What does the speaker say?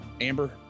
amber